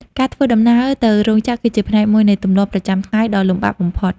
ការធ្វើដំណើរទៅរោងចក្រ គឺជាផ្នែកមួយនៃទម្លាប់ប្រចាំថ្ងៃដ៏លំបាកបំផុត។